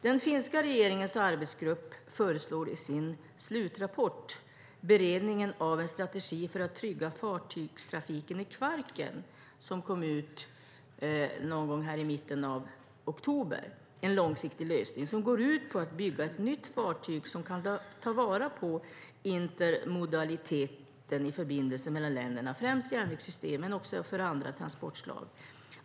Den finska regeringens arbetsgrupp föreslår i sin slutrapport Beredningen av en strategi för att trygga fartygstrafiken i Kvarken , som kom ut någon gång i mitten av oktober, en långsiktig lösning som går ut på att bygga ett nytt fartyg som kan ta vara på intermodaliteten i förbindelse mellan länderna, främst i järnvägssystemen men också beträffande andra transportslag.